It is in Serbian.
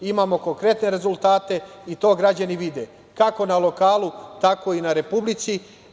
Imamo konkretne rezultate i to građani vide, kako na lokalu, tako i na republici.